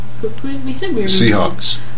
Seahawks